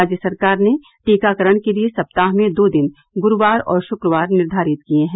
राज्य सरकार ने टीकाकरण के लिए सप्ताह में दो दिन गुरूवार और शुक्रवार निर्धारित किये हैं